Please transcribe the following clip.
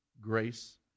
Grace